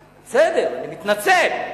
בסדר, אני מתנצל,